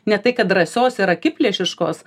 ne tai kad drąsios ir akiplėšiškos